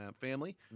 family